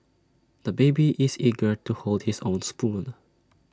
the baby is eager to hold his own spoon